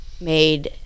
made